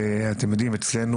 ואתם יודעים, אצלנו